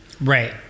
right